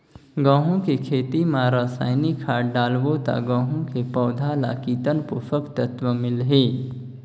गंहू के खेती मां रसायनिक खाद डालबो ता गंहू के पौधा ला कितन पोषक तत्व मिलही?